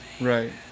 Right